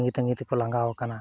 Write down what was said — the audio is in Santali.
ᱛᱟᱺᱜᱤ ᱛᱟᱺᱜᱤ ᱛᱮᱠᱚ ᱞᱟᱸᱜᱟᱣ ᱟᱠᱟᱱᱟ